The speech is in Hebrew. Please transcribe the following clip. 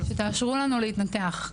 שתאפשרו לנו לעבור את הניתוח הזה.